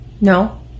No